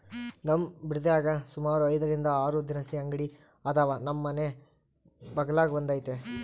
ನಮ್ ಬಿಡದ್ಯಾಗ ಸುಮಾರು ಐದರಿಂದ ಆರು ದಿನಸಿ ಅಂಗಡಿ ಅದಾವ, ನಮ್ ಮನೆ ಬಗಲಾಗ ಒಂದೈತೆ